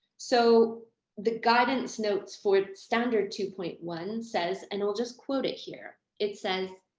so the guidance notes for standard two point one says, and i'll just quote it here, it says,